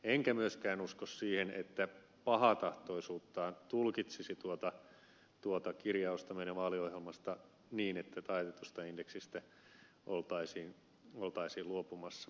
enkä myöskään usko siihen että hän pahantahtoisuuttaan tulkitsisi tuota kirjausta meidän vaaliohjelmassamme niin että taitetusta indeksistä oltaisiin luopumassa